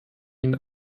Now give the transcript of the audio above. ihnen